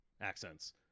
accents